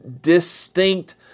distinct